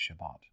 Shabbat